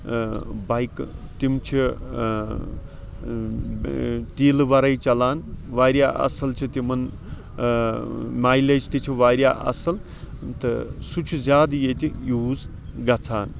بایکہٕ تِم چھِ تیٖلہٕ وَرٲے چلان واریاہ اَصٕل چھِ تِمن میلیج تہِ چھِ واریاہ اَصٕل تہٕ سُہ چھُ زیادٕ ییٚتہِ یوٗز گژھان